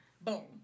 Boom